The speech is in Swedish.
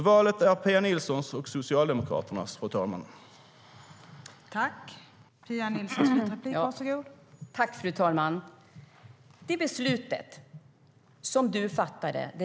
Valet är alltså Pia Nilssons och Socialdemokraternas, fru talman.